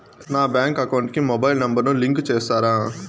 నా bank account కు mobile number ను లింకు చేస్తారా?